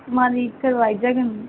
మాది ఇక్కడ వైజాగ్ అండి